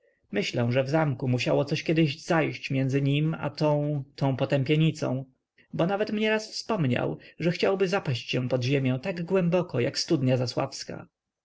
myślę że w zamku musiało coś kiedyś zajść między nim a tą tą potępienicą bo nawet mnie raz wspomniał że chciałby zapaść się pod ziemię tak głęboko jak studnia